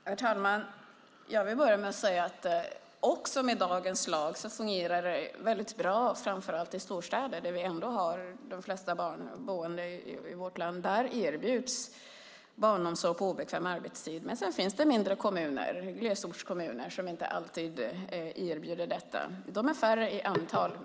Herr talman! Jag vill börja med att säga att det också med dagens lag fungerar väldigt bra, framför allt i storstäder, där vi ändå har de flesta barn boende i vårt land. Där erbjuds barnomsorg på obekväm arbetstid. Men sedan finns det mindre kommuner, glesbygdskommuner, som inte alltid erbjuder detta. De är färre i antal.